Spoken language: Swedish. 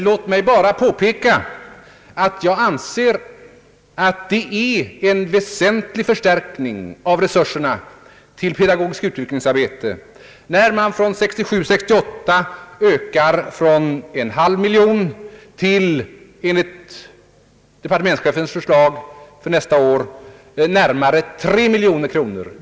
Låt mig bara påpeka att jag anser det vara en väsentlig förstärkning av resurserna till pedagogiskt utbildningsarbete, när man utökar dessa från en halv miljon kronor 1967/68 till närmare tre miljoner kronor enligt departementschefens förslag för nästa budgetår.